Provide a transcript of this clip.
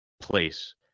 place